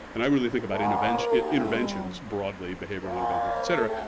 and i really think about interventions interventions broadly, behavioral interventions, et cetera.